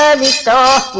um me so